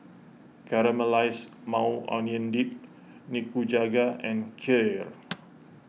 Caramelized Maui Onion Dip Nikujaga and Kheer